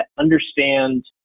understand